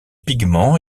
pigments